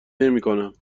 نمیکنم